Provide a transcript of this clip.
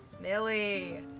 millie